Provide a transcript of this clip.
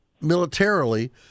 militarily